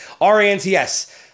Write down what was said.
R-A-N-T-S